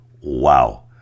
wow